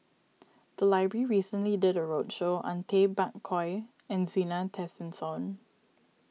the library recently did a roadshow on Tay Bak Koi and Zena Tessensohn